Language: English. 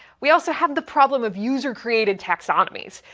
we also have the problem of user created taxonomies.